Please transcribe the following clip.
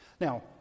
Now